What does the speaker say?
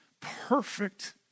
perfect